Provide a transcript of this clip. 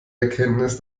erkenntnis